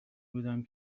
بودم